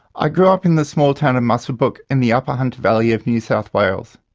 i grew up in the small town of muswellbrook in the upper hunter valley of new south wales.